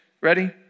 Ready